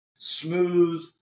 Smooth